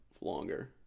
longer